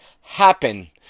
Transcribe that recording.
Happen